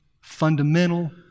fundamental